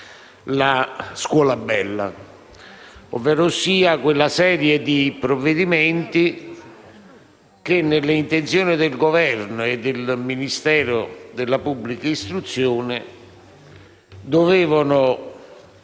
"scuole belle", ovverosia quella serie di norme che, nelle intenzioni del Governo e del Ministero della pubblica istruzione, dovranno